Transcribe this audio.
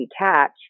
detach